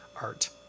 art